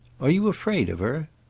are you afraid of her?